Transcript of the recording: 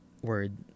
word